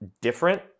different